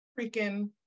freaking